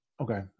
Okay